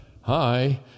Hi